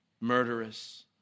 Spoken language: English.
murderous